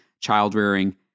child-rearing